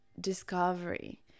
discovery